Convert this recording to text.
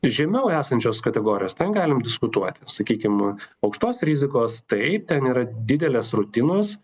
žemiau esančios kategorijos ten galim diskutuoti sakykim aukštos rizikos taip ten yra didelės rutinos